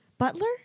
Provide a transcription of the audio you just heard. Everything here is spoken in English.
Butler